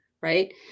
right